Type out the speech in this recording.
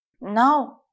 No